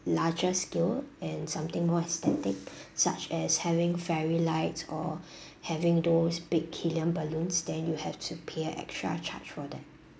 larger scale and something more aesthetic such as having fairy lights or having those big helium balloons then you have to pay extra charge for that